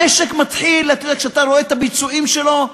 המשק מתחיל, כשאתה רואה את הביצועים שלו,